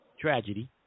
tragedy